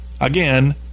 again